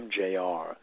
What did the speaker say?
mjr